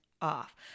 off